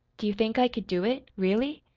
do you think i could do it, really?